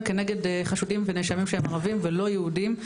כנגד חשודים ונאשמים שהם ערבים ולא יהודים,